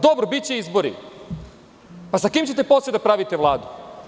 Dobro biće izbori, pa sa kim ćete posle da pravite Vladu?